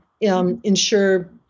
Ensure